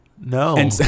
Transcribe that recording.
No